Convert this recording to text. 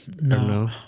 no